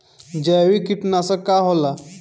जैविक कीटनाशक का होला?